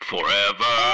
forever